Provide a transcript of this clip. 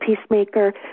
peacemaker